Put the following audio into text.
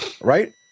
Right